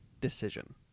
decision